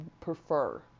prefer